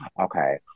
okay